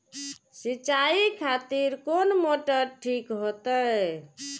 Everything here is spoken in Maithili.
सीचाई खातिर कोन मोटर ठीक होते?